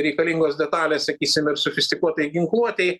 reikalingos detalės sakysim ir sofistikuotai ginkluotei